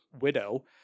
widow